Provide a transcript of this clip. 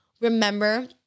remember